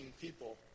people